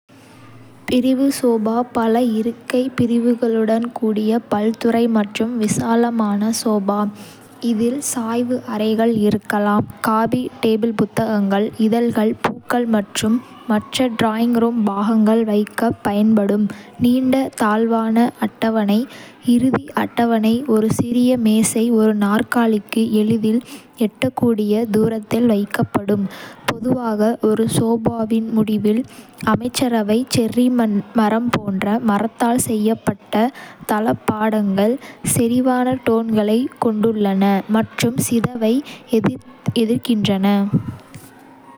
பிரிவு சோபா பல இருக்கை பிரிவுகளுடன் கூடிய பல்துறை மற்றும் விசாலமான சோபா. இதில் சாய்வு அறைகள் இருக்கலாம். காபி டேபிள்புத்தகங்கள், இதழ்கள், பூக்கள் மற்றும் மற்ற டிராயிங் ரூம் பாகங்கள் வைக்கப் பயன்படும் நீண்ட, தாழ்வான அட்டவணை. இறுதி அட்டவணைஒரு சிறிய மேசை, ஒரு நாற்காலிக்கு எளிதில் எட்டக்கூடிய தூரத்தில் வைக்கப்படும், பொதுவாக ஒரு சோபாவின் முடிவில். அமைச்சரவை செர்ரி மரம் போன்ற மரத்தால் செய்யப்பட்ட தளபாடங்கள், செறிவான டோன்களைக் கொண்டுள்ளன மற்றும் சிதைவை எதிர்க்கின்றன.